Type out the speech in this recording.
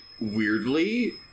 weirdly